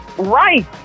right